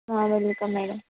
welcome madam